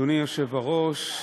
אדוני היושב-ראש,